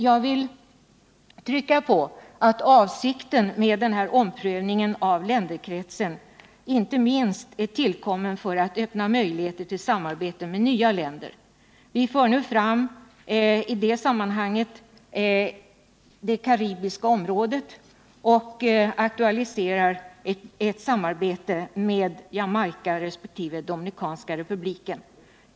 Jag vill trycka på att avsikten med den här omprövningen av länderkretsen inte minst syftar till att öppna möjligheter till samarbete med nya länder. Vi för i detta sammanhang fram det karibiska området och aktualiserar ett samarbete med Jamaica och Dominikanska republiken.